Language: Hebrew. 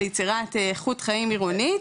ליצירת איכות חיים עירונית.